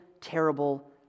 terrible